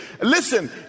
Listen